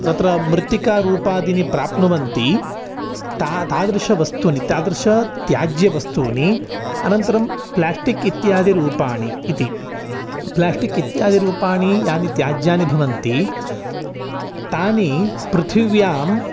तत्र मृत्तिका रूपादीनि प्राप्नुवन्ति ता तादृशवस्तूनि तादृशानि त्याज्यवस्तूनि अनन्तरं प्लाश्टिक् इत्यादि रूपाणि इति प्लाश्टिक् इत्यादीनि रूपाणि यानि त्याज्यानि भवन्ति तानि पृथिव्यां